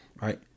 Right